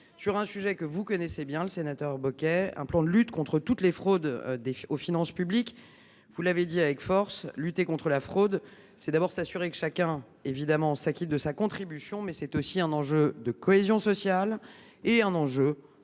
sur un sujet que vous connaissez bien, monsieur le sénateur Bocquet, un plan de lutte contre toutes les fraudes aux finances publiques. Vous l’avez dit avec force : lutter contre la fraude, c’est d’abord, évidemment, s’assurer que chacun s’acquitte de sa contribution, mais c’est aussi un enjeu de cohésion sociale et un enjeu